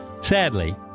Sadly